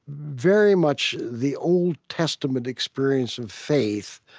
very much the old testament experience of faith